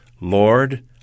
Lord